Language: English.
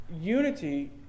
Unity